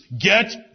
Get